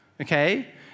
okay